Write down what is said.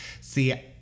See